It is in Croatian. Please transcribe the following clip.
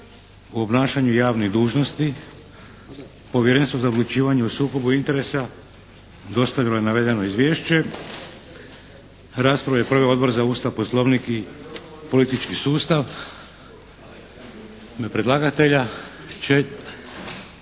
u obnašanju javnih dužnosti Povjerenstvo za odlučivanje o sukobu interesa dostavilo je navedeno izvješće. Raspravu je proveo Odbor za Ustav, poslovnik i politički sustav. U ime predlagatelja će